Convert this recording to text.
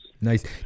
Nice